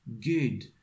good